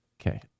Okay